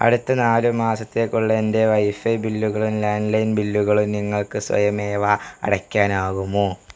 അടുത്ത നാല് മാസത്തേക്കുള്ള എൻ്റെ വൈഫൈ ബില്ലുകളും ലാൻഡ്ലൈൻ ബില്ലുകളും നിങ്ങൾക്ക് സ്വയമേവ അടയ്ക്കാനാകുമോ